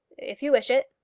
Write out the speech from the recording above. if you wish it.